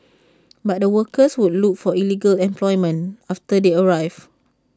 but the workers would look for illegal employment after they arrive